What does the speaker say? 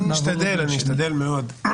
אני אשתדל, אני אשתדל מאוד.